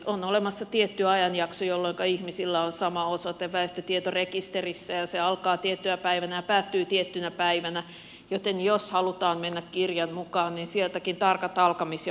on olemassa tietty ajanjakso jolloinka ihmisillä on sama osoite väestötietorekisterissä ja se alkaa tiettynä päivänä ja päättyy tiettynä päivänä joten jos halutaan mennä kirjan mukaan niin sieltäkin tarkat alkamis ja päättymispäivät löytyvät